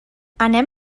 anem